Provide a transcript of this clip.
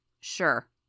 Sure